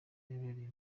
yabereye